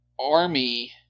army